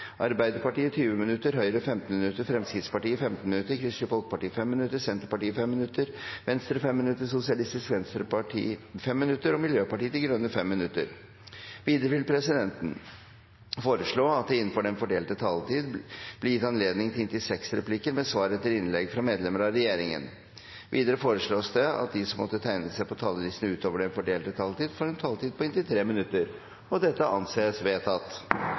Arbeiderpartiet 20 minutter, Høyre 15 minutter, Fremskrittspartiet 15 minutter, Kristelig Folkeparti 5 minutter, Senterpartiet 5 minutter, Venstre 5 minutter, Sosialistisk Venstreparti 5 minutter og Miljøpartiet De Grønne 5 minutter. Videre vil presidenten foreslå at det – innenfor den fordelte taletid – blir gitt anledning til inntil seks replikker med svar etter innlegg fra medlemmer av regjeringen. Videre foreslås det at de som måtte tegne seg på talerlisten utover den fordelte taletid, får en taletid på inntil 3 minutter. – Dette anses vedtatt.